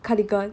cardigan